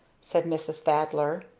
said mrs. thaddler.